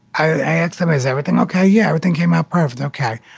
i asked him, is everything okay? yeah. everything came out perfect. okay.